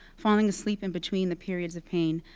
falling asleep in between the periods of pain.